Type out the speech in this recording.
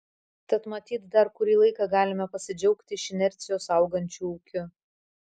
tad matyt dar kurį laiką galime pasidžiaugti iš inercijos augančiu ūkiu